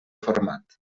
format